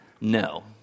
No